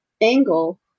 angle